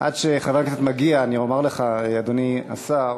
עד שחבר הכנסת מגיע, אני אומר לך, אדוני השר,